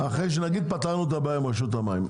אחרי שנגיד פתרנו את הבעיה עם רשות המים,